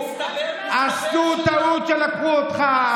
מסתבר שלא, עשו טעות שלקחו אותך.